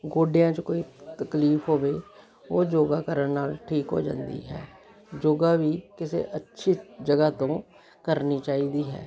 ਗੋਡਿਆਂ 'ਚ ਕੋਈ ਤਕਲੀਫ ਹੋਵੇ ਉਹ ਯੋਗਾ ਕਰਨ ਨਾਲ ਠੀਕ ਹੋ ਜਾਂਦੀ ਹੈ ਯੋਗਾ ਵੀ ਕਿਸੇ ਅੱਛੀ ਜਗ੍ਹਾ ਤੋਂ ਕਰਨਾ ਚਾਹੀਦਾ ਹੈ